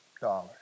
dollars